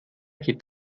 geht